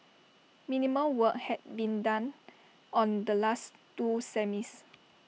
minimal work had been done on the last two semis